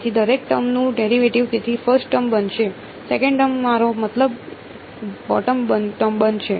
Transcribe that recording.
તેથી દરેક ટર્મ નું ડેરિવેટિવ તેથી ફર્સ્ટ ટર્મ બનશે સેકંડ ટર્મ મારો મતલબ બોટમ ટર્મ બનશે